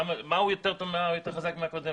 במה הוא יותר חזק מהקודם?